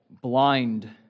blind